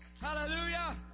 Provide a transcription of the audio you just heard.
Hallelujah